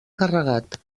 carregat